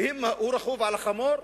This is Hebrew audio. ואם הוא רכוב על חמור,